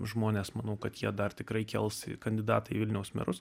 žmonės manau kad jie dar tikrai kels kandidatą į vilniaus merus